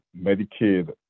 Medicaid